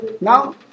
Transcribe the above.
Now